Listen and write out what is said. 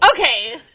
Okay